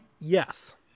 Yes